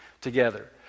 together